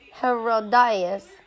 Herodias